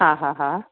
हा हा हा